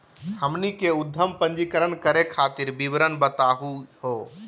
हमनी के उद्यम पंजीकरण करे खातीर विवरण बताही हो?